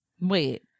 Wait